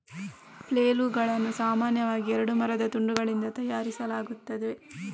ಫ್ಲೇಲುಗಳನ್ನು ಸಾಮಾನ್ಯವಾಗಿ ಎರಡು ಮರದ ತುಂಡುಗಳಿಂದ ತಯಾರಿಸಲಾಗುತ್ತದೆ